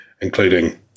including